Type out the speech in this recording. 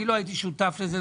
אני לא הייתי שותף לזה.